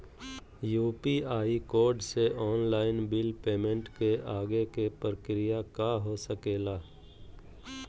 UPI code से online bill payment के आगे के प्रक्रिया का हो सके ला?